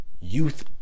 youth